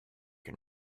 can